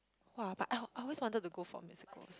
!wah! but I I always wanted to go for musicals